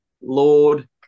lord